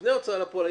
לפני ההוצאה לפועל,